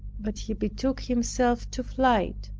but he betook himself to flight.